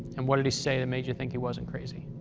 and what did he say that made you think he wasn't crazy?